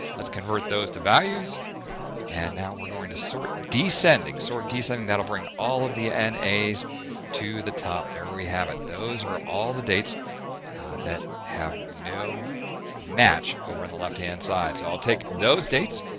let's convert those to values and now we're going to sort descending. sort descending that'll bring all of the n a's to the top, there we have it, those are all the dates that have no match over on the left-hand side. so i'll take those dates,